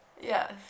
Yes